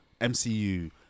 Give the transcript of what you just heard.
MCU